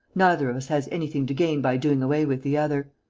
neither of us has anything to gain by doing away with the other.